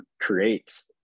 creates